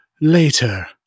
Later